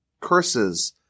curses